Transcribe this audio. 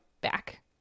back